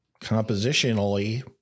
compositionally